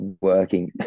working